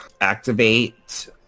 activate